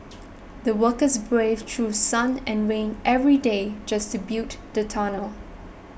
the workers braved through sun and rain every day just to built the tunnel